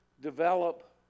Develop